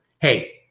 Hey